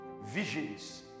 Visions